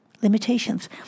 Limitations